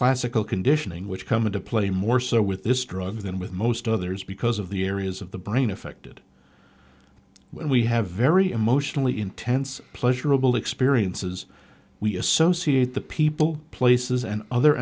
classical conditioning which come into play more so with this drug than with most others because of the areas of the brain affected when we have very emotionally intense pleasurable experiences we associate the people places and other